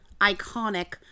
iconic